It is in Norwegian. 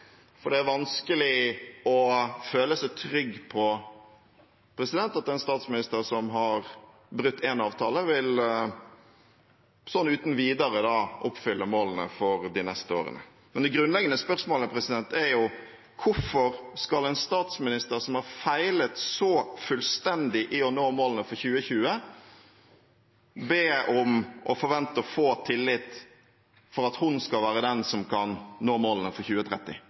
For det er vanskelig å føle seg trygg på at en statsminister som har brutt én avtale, sånn uten videre vil oppfylle målene for de neste årene. Det grunnleggende spørsmålet er jo: Hvorfor skal en statsminister som har feilet så fullstendig i å nå målene for 2020, be om og forvente å få tillit for at hun skal være den som kan nå målene for 2030?